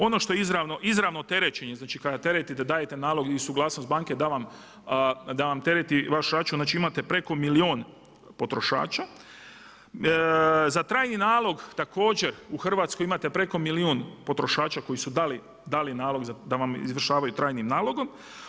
Ono što izravno terećenje, znači kada teretite dajete nalog i suglasnost banke da vam tereti vaš račun, imate preko milijun potrošača za trajni nalog također u Hrvatskoj imate preko milijun potrošača koji su dali nalog da vam izvršavaju trajnim nalogom.